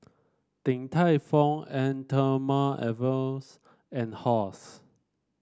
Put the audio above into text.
Din Tai Fung an Thermale Avenes and Halls